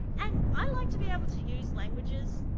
and i like to be able to use languages,